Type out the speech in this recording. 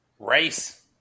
race